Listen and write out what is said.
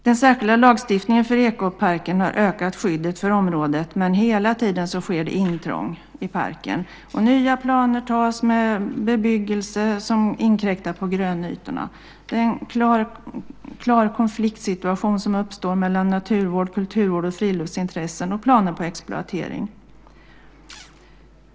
Den särskilda lagstiftningen för Ekoparken har ökat skyddet för området, men hela tiden sker det intrång i parken. Nya planer antas med bebyggelse som inkräktar på grönytorna. Det är en klar konfliktsituation som uppstår mellan naturvård, kulturvård och friluftsintressen och planer på exploatering.